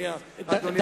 אדוני השר.